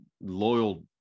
loyal